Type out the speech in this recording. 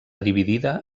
dividida